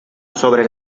sobre